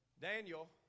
Daniel